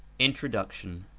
introduction